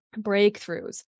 breakthroughs